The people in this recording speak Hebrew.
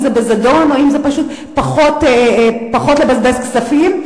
אם זה בזדון או שזה פשוט פחות לבזבז כספים,